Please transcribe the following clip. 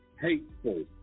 hateful